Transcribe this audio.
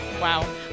Wow